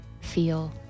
feel